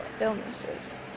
illnesses